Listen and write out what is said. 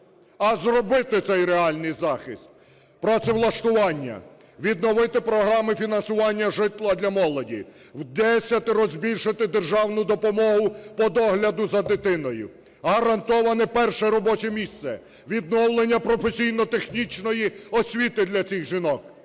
а зробити цей реальний захист: працевлаштування, відновити програми фінансування житла для молоді, вдесятеро збільшити державну допомогу по догляду за дитиною, гарантоване перше робоче місце, відновлення професійно-технічної освіти для цих жінок.